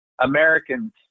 Americans